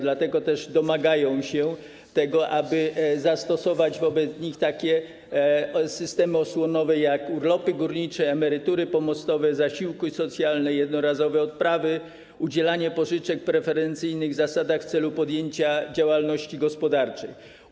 Dlatego też domagają się, aby zastosować wobec nich takie systemy osłonowe jak urlopy górnicze, emerytury pomostowe, zasiłki socjalne, jednorazowe odprawy, udzielanie pożyczek na preferencyjnych zasadach w celu podjęcia działalności gospodarczej.